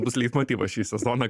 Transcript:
bus leitmotyvas šį sezoną